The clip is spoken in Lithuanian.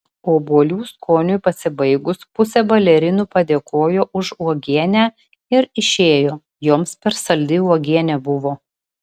obuolių skoniui pasibaigus pusė balerinų padėkojo už uogienę ir išėjo joms per saldi uogienė buvo